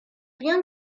bien